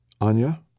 Anya